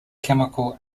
chemical